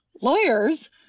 lawyers